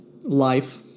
life